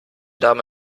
damen